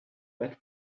that